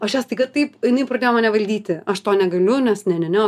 aš ją staiga taip jinai pradėjo mane valdyti aš to negaliu nes ne ne ne